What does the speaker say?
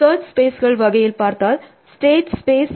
search ஸ்பேஸ்கள் வகையில் பார்த்தால் ஸ்டேட் ஸ்பேஸ்